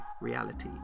reality